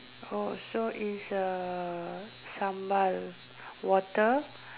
oh so is uh sambal water